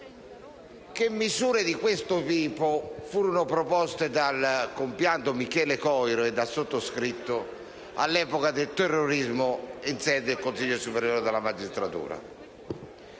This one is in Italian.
che misure di questo tipo furono proposte dal compianto Michele Coiro e dal sottoscritto all'epoca del terrorismo in sede di Consiglio superiore della magistratura.